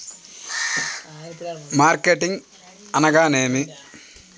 Marketing అనగానేమి?